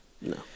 No